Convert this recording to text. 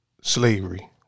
slavery